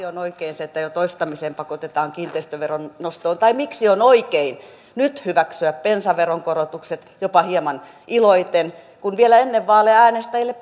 on se että jo toistamiseen pakotetaan kiinteistöveron nostoon tai miksi on oikein nyt hyväksyä bensaveron korotukset jopa hieman iloiten kun vielä ennen vaaleja äänestäjille